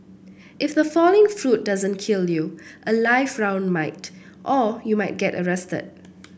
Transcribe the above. if the falling fruit doesn't kill you a live round might or you might get arrested